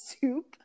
soup